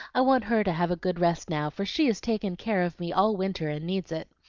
i want her to have a good rest now, for she has taken care of me all winter and needs it.